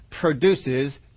produces